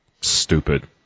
stupid